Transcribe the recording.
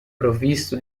provvisto